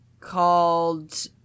called